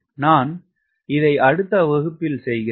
நான் இதை அடுத்த வகுப்பில் செய்கிறேன்